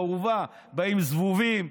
באורווה באים זבובים,